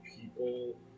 people